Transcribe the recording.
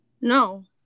No